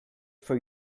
for